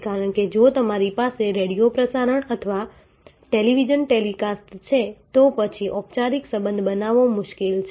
કારણ કે જો તમારી પાસે રેડિયો પ્રસારણ અથવા ટેલિવિઝન ટેલિકાસ્ટ છે તો પછી ઔપચારિક સંબંધ બનાવવો મુશ્કેલ છે